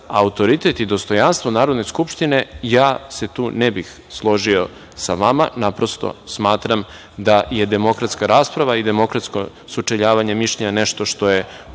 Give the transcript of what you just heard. autoritet i dostojanstvo Narodne skupštine, ja se tu ne bih složio sa vama. Naprosto, smatram da je demokratska rasprava i demokratsko sučeljavanje mišljenja nešto što je